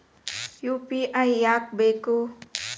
UPI ಯಾಕ್ ಬೇಕು?